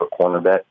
cornerback